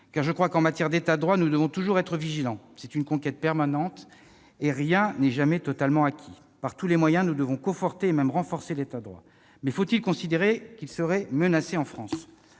car je pense que, en matière d'État de droit, nous devons toujours être vigilants. Il s'agit d'une conquête permanente, et rien n'est jamais totalement acquis. Par tous les moyens, nous devons conforter et même renforcer l'État de droit. Mais faut-il considérer qu'il serait menacé en France ?